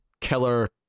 killer